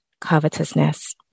covetousness